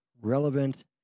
relevant